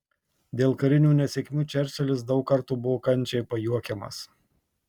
dėl karinių nesėkmių čerčilis daug kartų buvo kandžiai pajuokiamas